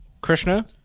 Krishna